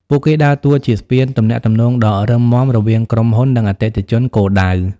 ពួកគេដើរតួជាស្ពានទំនាក់ទំនងដ៏រឹងមាំរវាងក្រុមហ៊ុន និងអតិថិជនគោលដៅ។